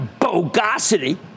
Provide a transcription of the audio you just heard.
bogosity